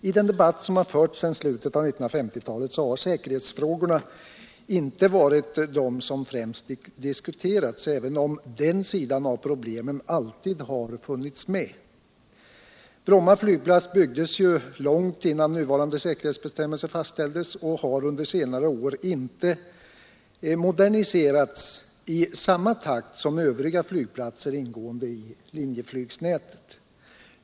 I den debatt som förts sedan slutet av 1950-talet har säkerhetsfrågorna inte varit de som främst diskuterats, även om den sidan av problemen alltid har funnits med. Bromma flygplats byggdes ju långt innan nuvarande säkerhetsbestämmelser fastställdes och har under senare år inte moderniserats i samma takt som övriga flygplatser ingående i linjeflygsnätet.